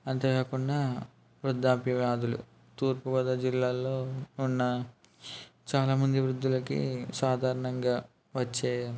అంతేకాకుండా వృద్ధాప్య వ్యాధులు తూర్పుగోదావరి జిల్లాల్లో ఉన్న చాలామంది వృద్ధులకి సాధారణంగా వచ్చే